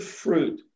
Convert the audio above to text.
fruit